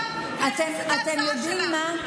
אתם יודעים מה,